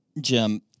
Jim